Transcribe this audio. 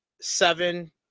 seven